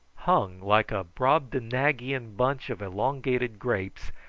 hung, like a brobdignagian bunch of elongated grapes,